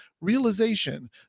Realization